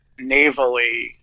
navally